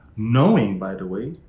knowing by the way,